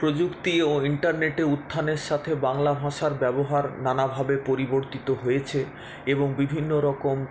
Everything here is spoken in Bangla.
প্রযুক্তি ও ইন্টারনেটে উত্থানের সাথে বাংলাভাষার ব্যবহার নানাভাবে পরিবর্তিত হয়েছে এবং বিভিন্নরকম